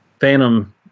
Phantom